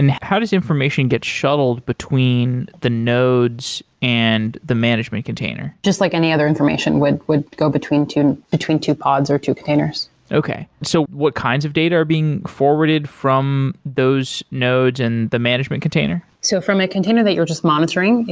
and how does information get shuttled between the nodes and the management container? just like any other information, would would go between two between two pods, or two containers okay. so what kinds of data are being forwarded from those nodes and the management container? so from a container that you're just monitoring,